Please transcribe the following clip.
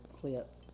clip